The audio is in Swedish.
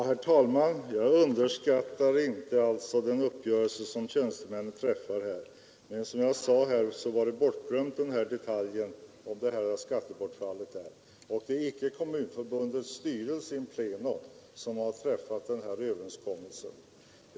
Herr talman! Jag underskattar inte den uppgörelse som tjänstemännen träffat. Men som jag sade var den här detaljen med skattebortfallet bortglömd, och det är icke Kommunförbundets styrelse in pleno som har träffat överenskommelsen.